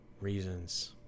reasons